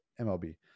mlb